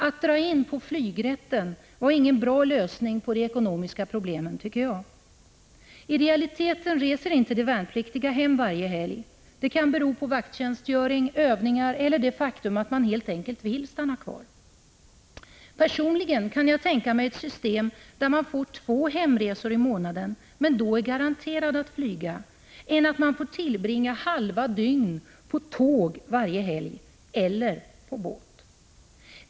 Att dra in på ”flygrätten” var ingen bra lösning på de ekonomiska problemen, tycker jag. I realiteten reser inte de värnpliktiga hem varje helg. Det kan bero på vakttjänstgöring, övningar eller det faktum att man helt enkelt vill stanna kvar. Personligen kan jag tänka mig ett system där man får två hemresor i månaden men då är garanterad att få flyga. Det ser jag hellre än att man får tillbringa halva dygn på tåg varje helg — eller på båt.